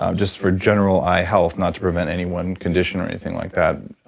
um just for general eye health, not to prevent any one condition or anything like that.